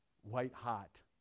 white-hot